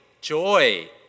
joy